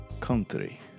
country